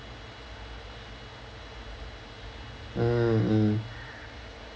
mm mm